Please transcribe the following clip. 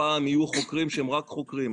הפעם יהיו חוקרים שהם רק חוקרים,